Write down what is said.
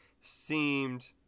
seemed